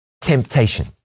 temptation